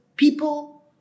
People